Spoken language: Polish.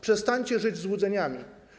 Przestańcie żyć złudzeniami.